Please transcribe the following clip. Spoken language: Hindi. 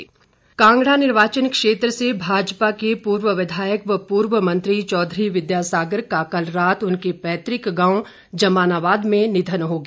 निधन कांगड़ा निर्वाचन क्षेत्र से भाजपा के पूर्व विधायक व पूर्व मंत्री चौधरी विधासागर का कल रात उनके पैतृक गांव जमानाबाद में निधन हो गया